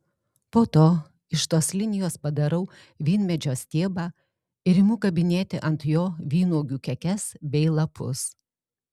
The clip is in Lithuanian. po to iš tos linijos padarau vynmedžio stiebą ir imu kabinėti ant jo vynuogių kekes bei lapus